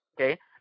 okay